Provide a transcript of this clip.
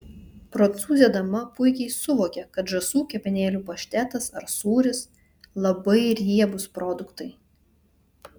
prancūzė dama puikiai suvokia kad žąsų kepenėlių paštetas ar sūris labai riebūs produktai